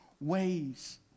ways